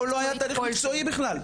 פה לא היה תהליך מקצועי בכלל,